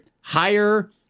higher